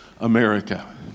America